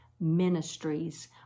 ministries